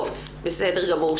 בסדר גמור.